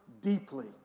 deeply